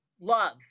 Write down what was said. love